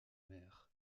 maire